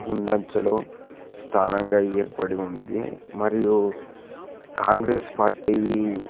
ముందంజలో స్థానంగా ఏర్పడి ఉంది మరియు కాంగ్రెస్ పార్టీ